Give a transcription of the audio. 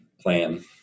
plan